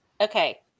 Okay